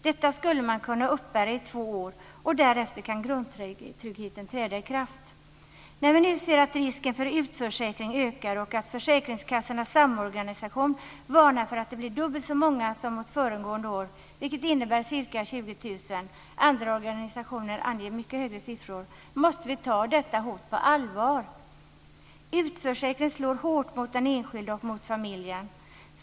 Detta skulle man kunna uppbära i två år, och därefter kan grundtryggheten träda i kraft. När vi nu ser att risken för utförsäkring ökar och att försäkringskassornas samorganisation varnar för att det blir dubbelt så många utförsäkrade som föregående år, vilket innebär ca 20 000 - andra organisationer anger mycket högre siffror - måste vi ta detta hot på allvar. Utförsäkring slår hårt mot den enskilde och mot familjen.